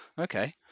Okay